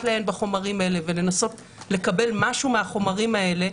לעיין בחומרים האלה ולנסות לקבל משהו מהחומרים האלה,